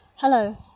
Hello